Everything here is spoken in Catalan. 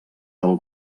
del